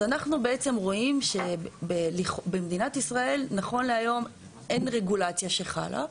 אנחנו בעצם רואים שבמדינת ישראל נכון להיום אין רגולציה שחלה,